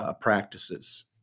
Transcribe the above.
practices